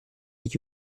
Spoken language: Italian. gli